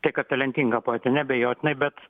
tiek kad talentinga poetė neabejotinai bet